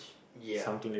ya